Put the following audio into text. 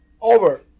over